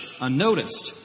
unnoticed